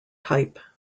type